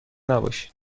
نباشید